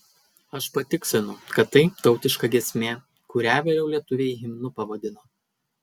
aš patikslinu kad tai tautiška giesmė kurią vėliau lietuviai himnu pavadino